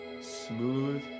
smooth